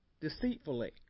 deceitfully